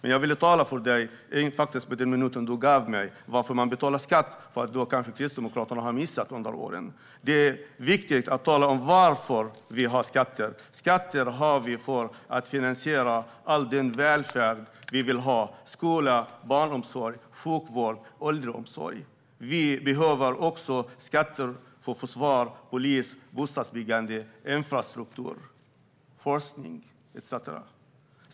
Du gav mig en minut, och jag ska tala om för dig varför man betalar skatt, vilket kanske Kristdemokraterna har missat under åren. Det är viktigt att tala om varför vi har skatter. Det har vi för att finansiera all den välfärd som vi vill ha: barnomsorg, skola, sjukvård, äldreomsorg. Vi behöver också skatter för försvar, polis, bostadsbyggande, infrastruktur, forskning etcetera.